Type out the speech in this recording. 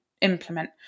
implement